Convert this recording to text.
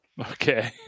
Okay